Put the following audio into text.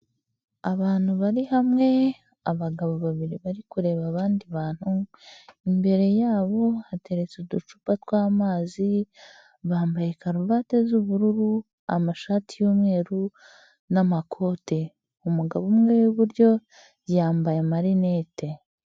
Abantu bari hamwe, abagabo babiri bari kureba abandi bantu, imbere yabo hateretse uducupa tw'amazi, bambaye karuvate z'ubururu, amashati y'umweru, n'amakote. Umugabo umwe w'iburyo, yambaye amarinete.